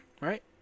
right